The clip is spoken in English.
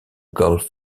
gulf